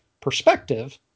perspective